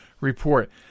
report